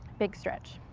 big stretch.